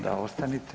Da, ostanite.